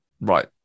right